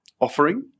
offering